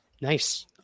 Nice